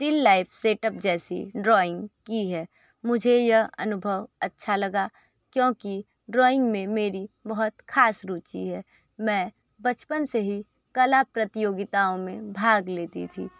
still life setup जैसी drawing की है मुझे यह अनुभव अच्छा लगा क्योंकि ड्रॉइंग में मेरी बहुत खास रुचि है मैं बचपन से ही कला प्रतियोगिता में भाग लेती थी